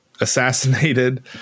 assassinated